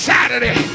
Saturday